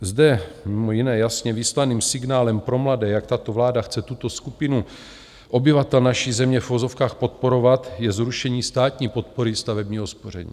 Zde mj. jasně vyslaným signálem pro mladé, jak tato vláda chce tuto skupinu obyvatel naší země v uvozovkách podporovat, je zrušení státní podpory stavebního spoření.